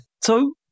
So-